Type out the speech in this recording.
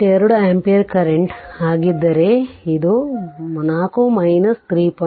2 ampere current ಆಗಿದ್ದರೆ ಇದು 4 3